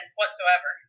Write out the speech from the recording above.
whatsoever